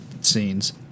scenes